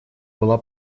была